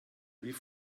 wie